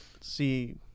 see